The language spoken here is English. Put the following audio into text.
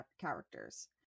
characters